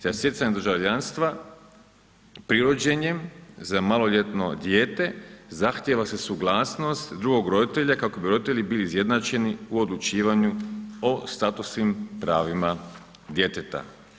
Za stjecanjem državljanstva pri rođenjem za maloljetno dijete, zahtjeva se suglasnost drugog roditelja kako bi roditelji bili izjednačeni u odlučivanju o statusnim pravima djeteta.